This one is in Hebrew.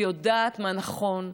ויודעת מה נכון,